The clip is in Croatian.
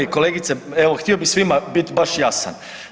Kolegice, evo htio bi svima bit baš jasan.